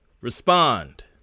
Respond